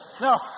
no